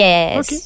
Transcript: Yes